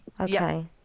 okay